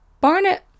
Barnet